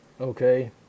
okay